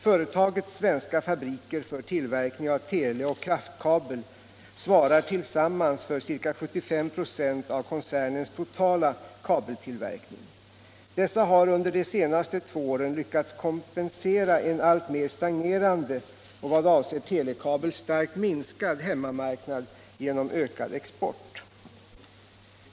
Företagets svenska fabriker för tillverkning av teleoch kraftkabel svarar tillsammans för ca 75 26 av koncernens totala kabeltillverkning. Dessa har under de senaste två åren lyckats kompensera en alltmer stagnerande 151 och vad avser telekabel starkt minskad hemmamarknad genom ökad export.